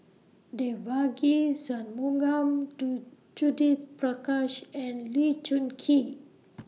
Devagi Sanmugam Do Judith Prakash and Lee Choon Kee